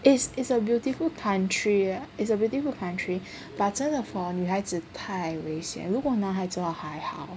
is is a beautiful country it's a beautiful country but 真的 for 女孩子太危险如果男孩的话还好